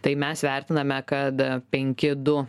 tai mes vertiname kad penki du